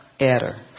Etter